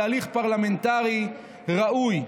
להליך פרלמנטרי ראוי.